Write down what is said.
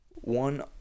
One